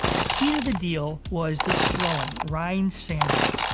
a key to the deal was this throw-in, ryne sandberg,